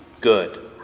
good